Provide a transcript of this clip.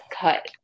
cut